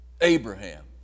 Abraham